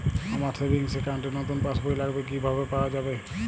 আমার savings account র নতুন পাসবই লাগবে, কিভাবে পাওয়া যাবে?